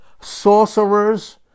sorcerers